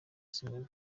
sinema